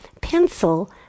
pencil